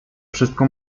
wszystko